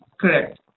Correct